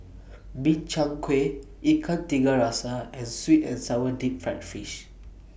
Min Chiang Kueh Ikan Tiga Rasa and Sweet and Sour Deep Fried Fish